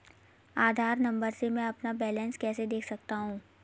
आधार number से मैं अपना बैलेंस कैसे देख सकता हूँ?